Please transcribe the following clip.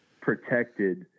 protected